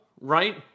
right